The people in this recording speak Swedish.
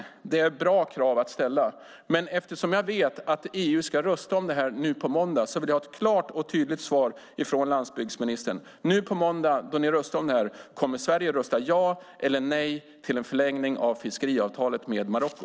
Det är bra krav att ställa. Eftersom jag vet att EU ska rösta om detta nu på måndag vill jag ha ett klart och tydligt svar från landsbygdsministern. När ni röstar om detta nu på måndag, kommer Sverige att rösta ja eller nej till en förlängning av fiskeavtalet med Marocko?